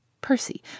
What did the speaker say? Percy